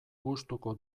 gustuko